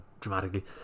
dramatically